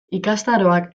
ikastaroak